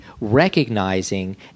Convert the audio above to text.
recognizing